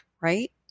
right